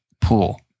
pool